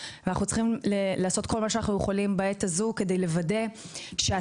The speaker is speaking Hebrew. ואנחנו צריכים לעשות כל מה שאנחנו יכולים בעת הזו כדי לוודא שהצרכים